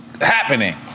happening